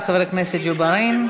תודה לחבר הכנסת ג'בארין.